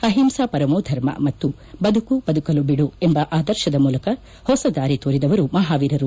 ಅಹಿಂಸಾ ಪರಮೋ ಧರ್ಮ ಮತ್ತು ಬದುಕು ಬದುಕಲು ಬಿಡು ಎಂಬ ಆದರ್ತದ ಮೂಲಕ ಹೊಸ ದಾರಿ ತೋರಿದವರು ಮಹಾವೀರರು